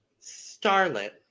Starlet